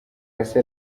hasi